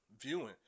viewing